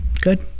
Good